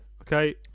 Okay